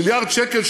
מיליארד שקל,